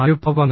അനുഭവങ്ങൾ